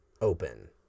open